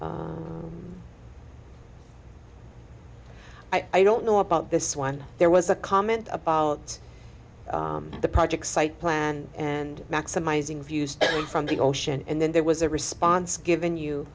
i don't know about this one there was a comment about the project site plan and maximizing views from the ocean and then there was a response given you